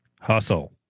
Hustle